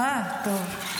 אה, טוב.